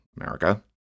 America